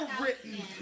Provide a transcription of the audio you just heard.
written